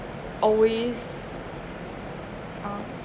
always um